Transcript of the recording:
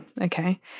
okay